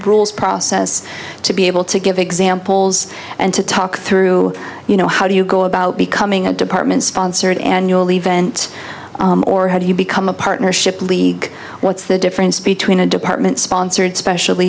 rules process to be able to give exams polls and to talk through you know how do you go about becoming a department sponsored annual event or how do you become a partnership league what's the difference between a department sponsored special